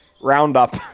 roundup